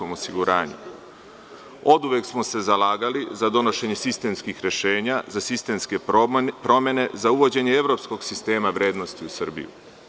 Oduvek smo se zalagali za donošenje sistemskih rešenja, za sistemske promene, za uvođenje evropskog sistema vrednosti u Srbiji.